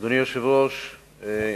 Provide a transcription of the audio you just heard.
אדוני היושב-ראש,